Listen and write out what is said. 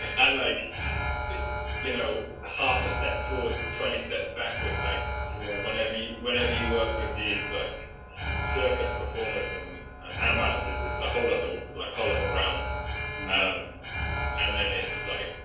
i like you know half a step forward twenty steps backwards like yeah whenever you whenever you work with these like circus performers and and hand balances this a whole other like whole of the realm and then it's like,